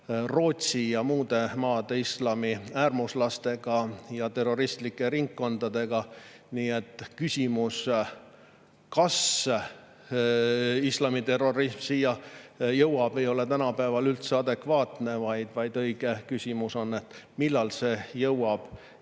Rootsi ja muude maade islamiäärmuslaste ja terroristlike ringkondadega. Nii et küsimus, kas islamiterrorism siia jõuab, ei ole tänapäeval üldse adekvaatne, vaid õige küsimus on, millal see jõuab.